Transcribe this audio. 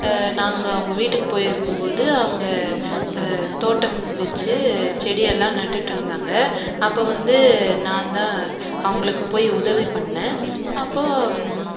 நாங்கள் அவங்க வீட்டுக்கு போயிருக்கும்போது அவங்க தோட்டம் வச்சு செடி எல்லாம் நட்டுட்டுருந்தாங்க அப்போ வந்து நான்தான் அவங்களுக்கு போய் உதவி பண்ணேன் அப்போது